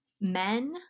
men